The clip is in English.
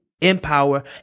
empower